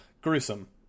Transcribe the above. gruesome